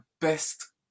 best